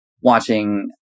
watching